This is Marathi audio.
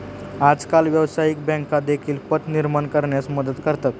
आजकाल व्यवसायिक बँका देखील पत निर्माण करण्यास मदत करतात